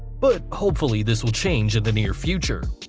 but hopefully this will change in the near future.